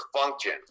function